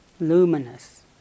luminous